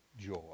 joy